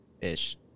ish